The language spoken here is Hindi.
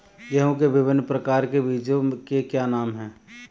गेहूँ के विभिन्न प्रकार के बीजों के क्या नाम हैं?